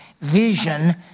vision